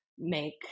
make